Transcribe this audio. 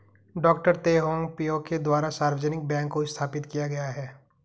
डॉ Teh Hong Piao के द्वारा सार्वजनिक बैंक को स्थापित किया गया है